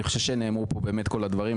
אני חושב שנאמרו פה כל הדברים,